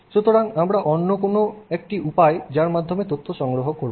সুতরাং আমরা অন্য একটি উপায় যার মাধ্যমে তথ্য সংগ্রহ করব